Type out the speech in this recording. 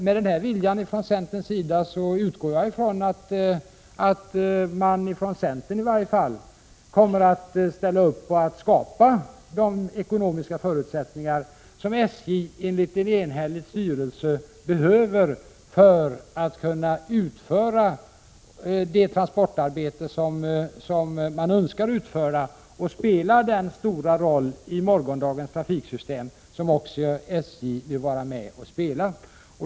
Med den vilja som centern här visar utgår jag ifrån att i varje fall centern kommer att ställa upp på att skapa de ekonomiska förutsättningar som SJ enligt en enhällig styrelse behöver för att kunna utföra det transportarbete som SJ önskar utföra och för att kunna spela den stora roll i morgondagens trafiksystem som SJ vill spela.